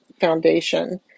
foundation